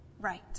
right